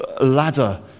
ladder